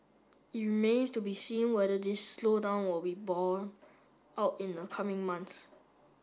it remains to be seen whether this slowdown will be borne out in the coming months